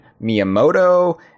Miyamoto